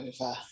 over